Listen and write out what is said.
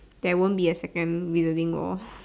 there won't be a second movie the link loh